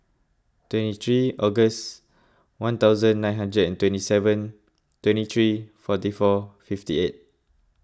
twenty three August one thousand nine hundred and twenty seven twenty three forty four fifty eight